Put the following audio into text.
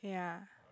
ya